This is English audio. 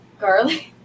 garlic